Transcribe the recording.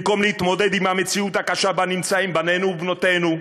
במקום להתמודד עם המציאות הקשה שבה נמצאים בנינו ובנותינו,